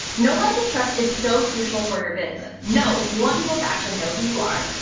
know, like, and trust is so crucial for your business. know, you want people to actually know who you are.